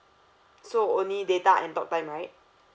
so only data and talk time right